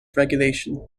regulation